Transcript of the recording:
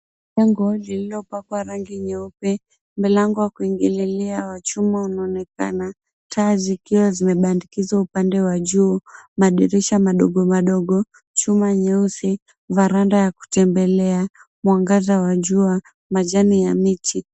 Jengo lililopwakwa rangi nyeupe, mlango wa kuingililia wa chuma unaonekana, taa zikiwa zimebandikizwa upande wa juu, madirisha madogo madogo, chuma nyeusi, verandah ya kutembelelea, mwangaza wa jua, majani ya miti.